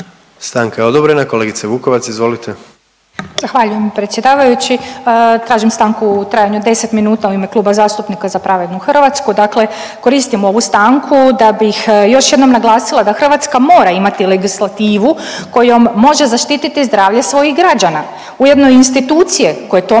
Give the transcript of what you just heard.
Stanka je odobrena. Kolegice Vukovac, izvolite. **Vukovac, Ružica (Nezavisni)** Zahvaljujem predsjedavajući. Tražim stanku u trajanju od 10 minuta u ime Kluba zastupnika Za pravednu Hrvatsku. Dakle, koristim ovu stanku da bih još jednom naglasila da Hrvatska mora imati legislativu kojom može zaštiti zdravlje svojih građana ujedno i institucije koje to